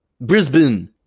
Brisbane